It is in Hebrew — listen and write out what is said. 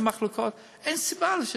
אין סיבה,